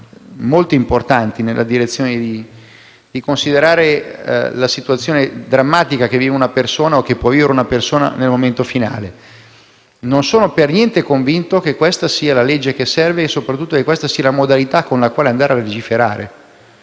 passi molto importanti nella direzione di considerare la situazione drammatica che vive o che può vivere una persona nel momento finale. Non sono per niente convinto che questa sia la legge che serve e soprattutto che sia la modalità con la quale andare a legiferare,